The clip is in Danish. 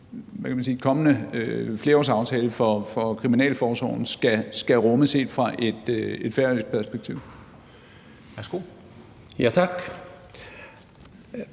kommende flerårsaftale for kriminalforsorgen skal rumme set fra et færøsk perspektiv?